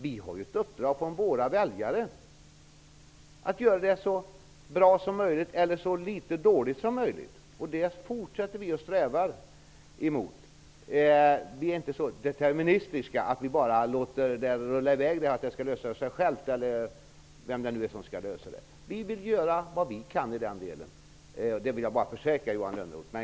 Vi har ett uppdrag från våra väljare att göra det så bra som möjligt eller det minst dåliga. Vi fortsätter att sträva efter det. Vi är inte så deterministiska att vi låter situationen rulla i väg och tror att problemen skall lösas av sig själva -- eller hur de nu skall lösas. Vi vill göra vad vi kan. Det kan jag försäkra Johan Lönnroth om.